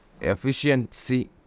efficiency